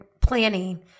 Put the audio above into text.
planning